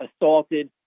assaulted